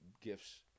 gifts